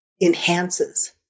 enhances